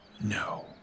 No